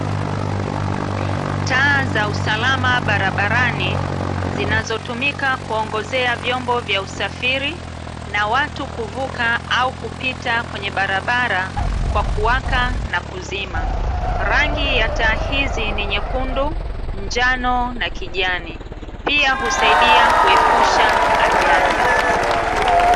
Taa za usalama barabarani zinazotumika kuongozea vyombo vya usafiri na watu kuvuka au kupita kwenye barabara, kwa kuwaka na kuzima. Rangi ya taa hizi ni nyekundu, njano, na kijani. Pia husaidia kuepusha ajali.